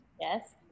Yes